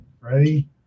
Ready